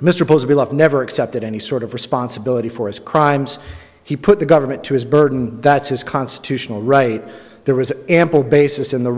mr posner left never accepted any sort of responsibility for his crimes he put the government to his burden that's his constitutional right there was ample basis in the